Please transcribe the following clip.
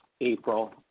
April